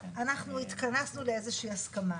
אתם מצביעים על ההסתייגות החשובה הזאת.